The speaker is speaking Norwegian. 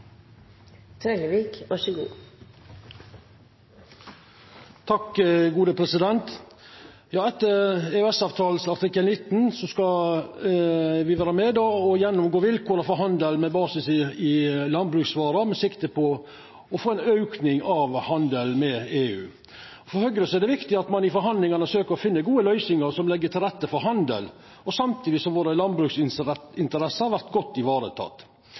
Etter EØS-avtalens artikkel 19 skal me vera med og gjennomgå vilkåra for handel med basis i landbruksvarer med sikte på å få ein auke i handelen med EU. For Høgre er det viktig at ein i forhandlingane søkjer å finna gode løysingar som legg til rette for handel, samtidig som landbruksinteressene våre